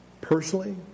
personally